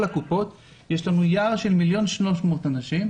1.3 אנשים